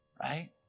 right